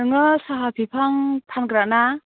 नोङो साहा बिफां फानग्रा ना